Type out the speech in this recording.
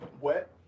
wet